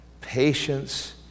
patience